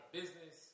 business